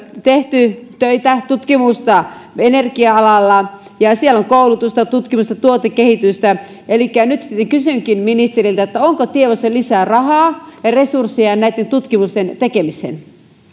tehty töitä tutkimusta energia alalla ja ja siellä on koulutusta tutkimusta tuotekehitystä elikkä nyt sitten kysynkin ministeriltä onko tiedossa lisää rahaa ja resursseja näitten tutkimusten tekemiseen